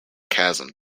chasm